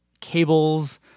Cables